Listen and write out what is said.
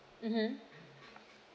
mmhmm